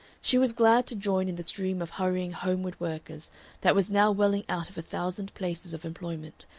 she was glad to join in the stream of hurrying homeward workers that was now welling out of a thousand places of employment,